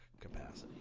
capacity